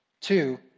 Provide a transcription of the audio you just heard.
Two